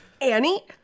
Annie